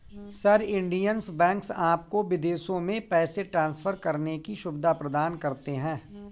sir, Indian banks आपको विदेशों में पैसे ट्रान्सफर करने की सुविधा प्रदान करते हैं